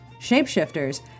shapeshifters